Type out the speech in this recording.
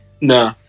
No